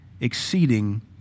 exceeding